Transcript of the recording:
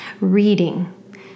Reading